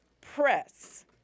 Press